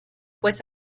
pues